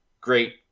great